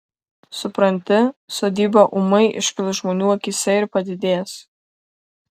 supranti sodyba ūmai iškils žmonių akyse ir padidės